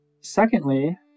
Secondly